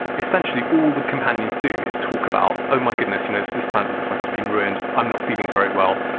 essentially all the companions do is talk about oh my goodness, you know this planet is like it's been ruined i'm not feeling very well.